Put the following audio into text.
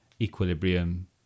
equilibrium